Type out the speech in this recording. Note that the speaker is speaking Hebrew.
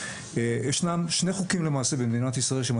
ישנם שני חוקים למעשה במדינת ישראל,